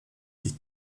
des